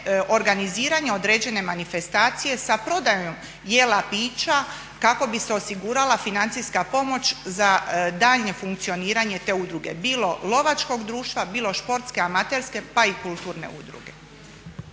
organiziranje određene manifestacije sa prodajom jela, pića kako bi se osigurala financijska pomoć za daljnje funkcioniranje te udruge bilo lovačkog društva, bilo športske, amaterske, pa i kulturne udruge.